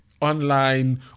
Online